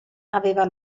aveva